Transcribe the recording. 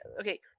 okay